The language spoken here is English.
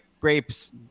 grapes